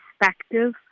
perspective